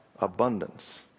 abundance